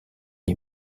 les